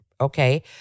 okay